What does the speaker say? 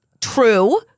true